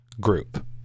group